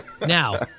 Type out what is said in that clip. Now